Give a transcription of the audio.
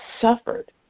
suffered